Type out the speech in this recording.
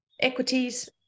equities